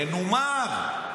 מנומר.